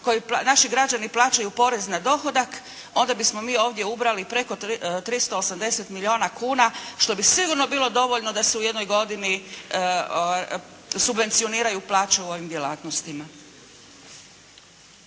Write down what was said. naši građani plaćaju porez na dohodak, onda bismo mi ovdje ubrali preko 380 milijuna kuna, što bi sigurno bilo dovoljno da se u jednoj godini subvencioniraju plaću u ovim djelatnostima.